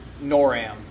NORAM